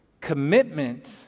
Commitment